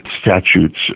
statutes